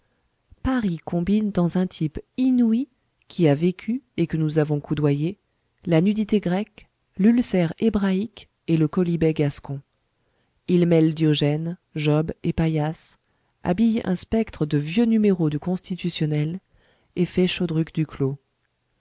paris combine dans un type inouï qui a vécu et que nous avons coudoyé la nudité grecque l'ulcère hébraïque et le quolibet gascon il mêle diogène job et paillasse habille un spectre de vieux numéros du constitutionnel et fait chodruc duclos